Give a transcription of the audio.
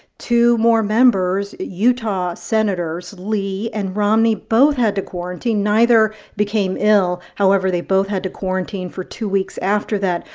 two more members utah sens. so lee and romney both had to quarantine. neither became ill. however, they both had to quarantine for two weeks after that.